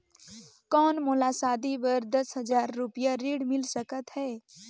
कौन मोला शादी बर दस हजार रुपिया ऋण मिल सकत है?